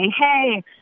Hey